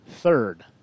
third